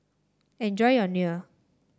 enjoy your Kheer